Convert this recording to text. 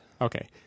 Okay